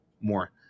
more